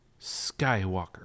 Skywalker